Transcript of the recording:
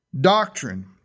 doctrine